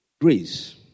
Grace